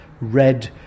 red